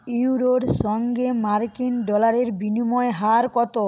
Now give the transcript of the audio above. ইউরোর সঙ্গে মার্কিন ডলারের বিনিময় হার কত